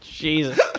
Jesus